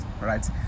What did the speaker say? right